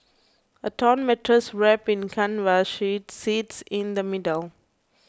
a torn mattress wrapped in canvas sheets sits in the middle